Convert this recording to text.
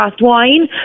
wine